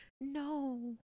No